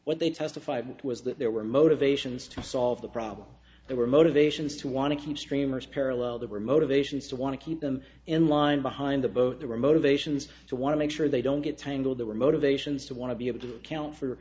what they testified was that there were motivations to solve the problem they were motivations to want to keep streamers parallel there were motivations to want to keep them in line behind the boat there were motivations to want to make sure they don't get tangled they were motivations to want to be able to account for